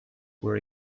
were